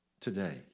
today